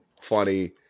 funny